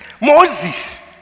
Moses